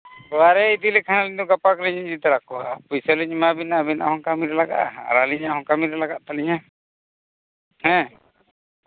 ᱚᱲᱟᱜ ᱨᱮ ᱤᱫᱤ ᱞᱮᱠᱷᱟᱱ ᱤᱧᱫᱚ ᱜᱟᱯᱟ ᱜᱮᱞᱤᱧ ᱤᱫᱤ ᱛᱟᱨᱟ ᱠᱚᱣᱟ ᱯᱩᱭᱥᱟᱹ ᱞᱤᱧ ᱮᱢᱟ ᱵᱤᱱᱟᱹ ᱟᱹᱵᱤᱱᱟᱜ ᱦᱚᱸ ᱠᱟᱹᱢᱤᱨᱮ ᱞᱟᱜᱟᱜᱼᱟ ᱟᱨ ᱟᱹᱞᱤᱧᱟᱜ ᱦᱚᱸ ᱠᱟᱹᱢᱤᱨᱮ ᱞᱟᱜᱟᱜ ᱛᱟᱹᱞᱤᱧᱟ ᱦᱮᱸ